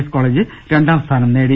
S college രണ്ടാം സ്ഥാനം നേടി